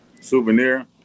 souvenir